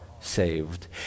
saved